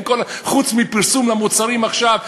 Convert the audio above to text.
חוץ מפרסום למוצרים עכשיו,